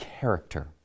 character